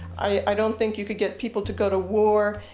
i don't think you can get people to go to war,